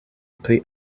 pli